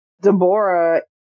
Deborah